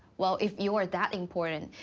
well, if you were that important,